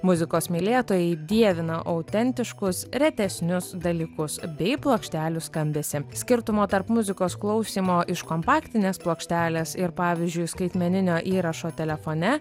muzikos mylėtojai dievina autentiškus retesnius dalykus bei plokštelių skambesį skirtumo tarp muzikos klausymo iš kompaktinės plokštelės ir pavyzdžiui skaitmeninio įrašo telefone